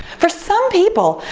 for some people,